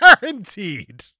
Guaranteed